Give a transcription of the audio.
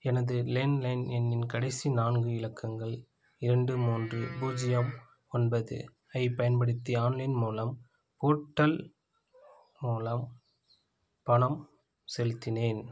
எனது லேண்ட்லைன் எண்ணின் கடைசி நான்கு இலக்கங்கள் இரண்டு மூன்று பூஜ்ஜியம் ஒன்பது ஐப் பயன்படுத்தி ஆன்லைன் மூலம் போர்ட்டல் மூலம் பணம் செலுத்தினேன்